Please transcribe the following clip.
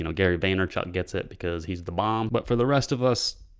you know gary vaynerchuk gets it because he's the bomb, but for the rest of us,